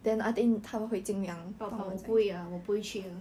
but but 我不会 uh 我不会去的